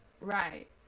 right